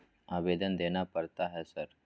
आवेदन देना पड़ता है सर?